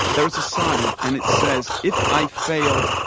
there is a sign, and it says, if i fail,